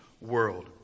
world